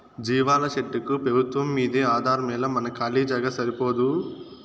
జీవాల షెడ్డుకు పెబుత్వంమ్మీదే ఆధారమేలా మన కాలీ జాగా సరిపోదూ